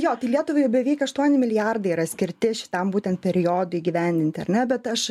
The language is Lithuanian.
jo tai lietuvai jau beveik aštuoni milijardai yra skirti šitam būtent periodui įgyvendinti ar ne bet aš